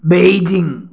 Beijing